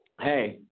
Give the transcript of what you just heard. Hey